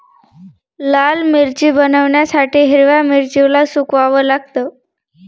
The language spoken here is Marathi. लाल मिरची बनवण्यासाठी हिरव्या मिरचीला सुकवाव लागतं